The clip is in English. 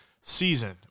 season